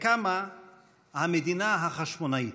וקמה המדינה החשמונאית.